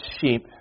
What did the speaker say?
sheep